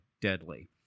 deadly